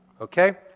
okay